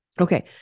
Okay